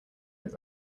his